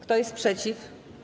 Kto jest przeciw?